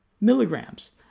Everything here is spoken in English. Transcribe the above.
milligrams